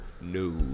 No